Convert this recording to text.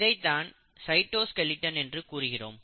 இதை தான் சைட்டோஸ்கெலட்டன் என்று கூறுகிறோம்